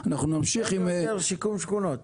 אין יותר שיקום שכונות